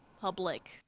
public